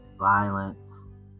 violence